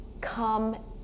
come